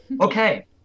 Okay